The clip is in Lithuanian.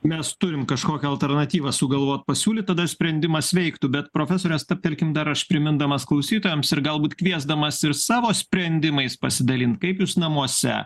mes turim kažkokią alternatyvą sugalvot pasiūlyt tada sprendimas veiktų bet profesore stabtelkim dar aš primindamas klausytojams ir galbūt kviesdamas ir savo sprendimais pasidalint kaip jūs namuose